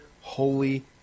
holy